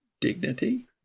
dignity